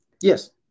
yes